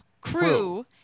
crew